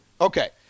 Okay